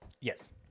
Yes